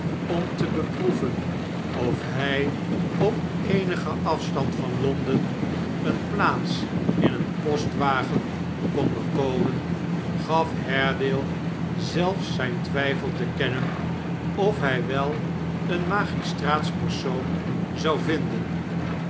om te beproeven of hij op eenigen afstand van londen eene plaatsin een postwagen kon bekomen gaf haredale zelfs zijn twijfel te kennen of hij wel een magistraatspersoon zou vinden